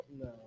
No